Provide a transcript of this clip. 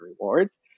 rewards